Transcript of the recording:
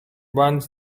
runs